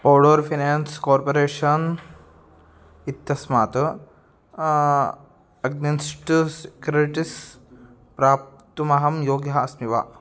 powder finance corporation इत्यस्मात् against credits प्राप्तुमहं योग्यः अस्मि वा